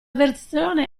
versione